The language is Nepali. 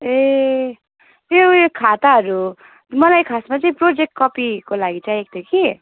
ए त्यो उयो खाताहरू मलाई खासमा चाहिँ प्रोजेक्ट कपीको लागि चाहिएको थियो कि